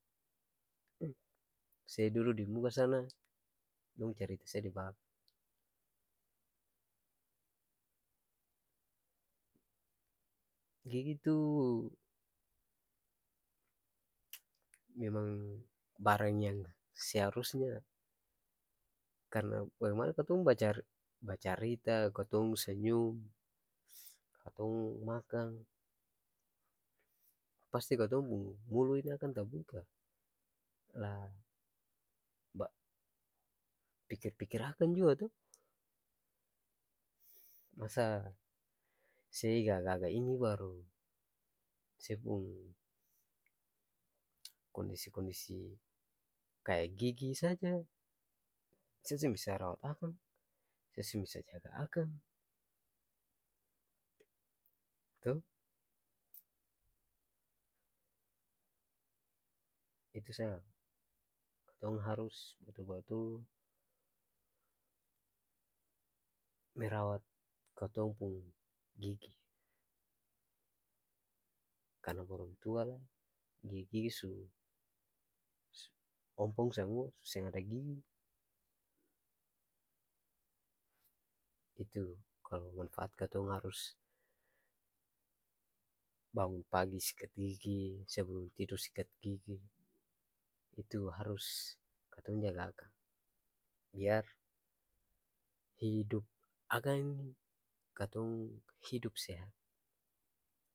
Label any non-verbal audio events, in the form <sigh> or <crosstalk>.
Se dudu di muka sana dong carita se di balakang gigi tu <noise> memang barang yang seharusnya karna bagemana katong bacar bacarita katong senyum katong makang pasti katong pung mulu ini akang tabuka la ba pikir-pikir akang jua to masa se gaga-gaga ini baru se pung kondisi-kondisi kaya gigi saja se seng bisa rawat akang se seng bisa jaga akang to itu sa katong harus batul-batul merawat katong pung gigi karna balong tua lai gigi-gigi su ompong samua su seng ada gigi itu kalo manfaat katong harus bangun pagi sikat gigi, sebelum tidur sikat gigi, itu harus katong jaga akang biar hidup akan katong hidup sehat.